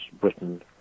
Britain